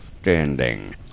standing